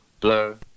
Blur